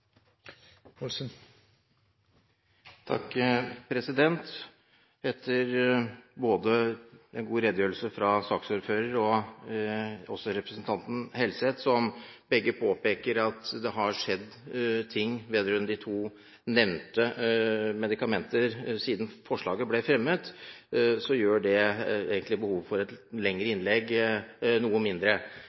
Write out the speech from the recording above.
Helseth, som begge påpeker at det har skjedd ting vedrørende de to nevnte medikamenter siden forslaget ble fremmet, gjør det egentlig behovet for et lengre innlegg noe mindre.